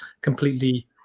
completely